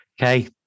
Okay